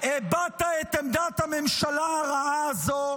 הבעת את עמדת הממשלה הרעה הזו,